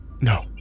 No